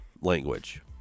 language